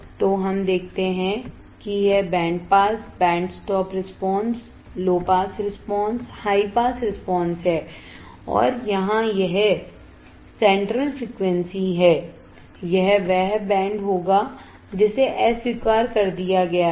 तो हम देखते हैं कि यह band pass band stop response low pass response high pass response है और यहां यह सेंट्रल फ्रीक्वेंसी है यह वह बैंड होगा जिसे अस्वीकार कर दिया गया है